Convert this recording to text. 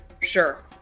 Sure